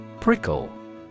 Prickle